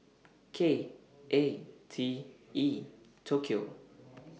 K A T E Tokyo